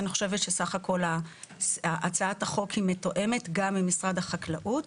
אני חושבת שסך הכל הצעת החוק היא מתואמת גם עם משרד החקלאות.